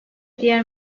diğer